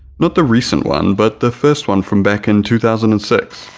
not the recent one but the first one from back in two thousand and six.